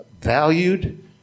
valued